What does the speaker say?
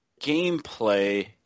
gameplay